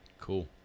Cool